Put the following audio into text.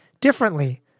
differently